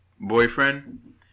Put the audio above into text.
boyfriend